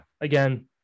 again